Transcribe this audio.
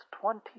twenty